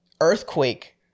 Earthquake